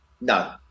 No